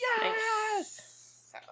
Yes